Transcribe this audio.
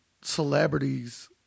celebrities